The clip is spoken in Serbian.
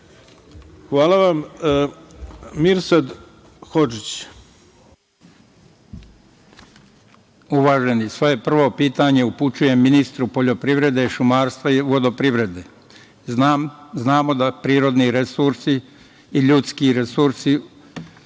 Izvolite. **Mirsad Hodžić** Uvaženi, svoje prvo pitanje upućujem ministru poljoprivrede, šumarstva i vodoprivrede. Znamo da prirodni resursi i ljudski resursi